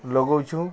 ଲଗଉଛୁଁ